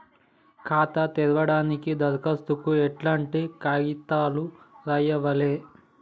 ఖాతా తెరవడానికి దరఖాస్తుకు ఎట్లాంటి కాయితాలు రాయాలే?